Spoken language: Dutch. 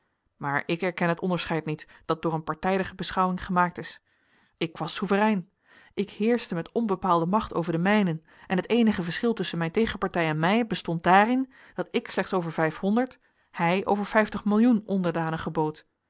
maar ik erken het onderscheid niet dat door een partijdige beschouwing gemaakt is ik was souverein ik heerschte met onbepaalde macht over de mijnen en het eenige verschil tusschen mijn tegenpartij en mij bestond daarin dat ik slechts over vijfhonderd hij over vijftig millioen onderdanen gebood maar